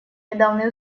недавние